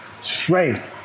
strength